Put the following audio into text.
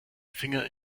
finger